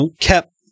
kept